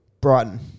Brighton